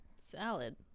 salad